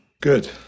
Good